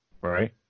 Right